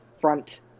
front